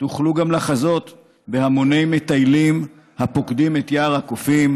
תוכלו גם לחזות בהמוני מטיילים הפוקדים את יער הקופים,